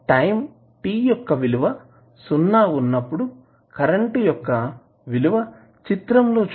time t యొక్క విలువ సున్నా ఉన్నప్పుడు కరెంటు యొక్క విలువ చిత్రం లో చూపిన ఈక్వేషన్ అవుతుంది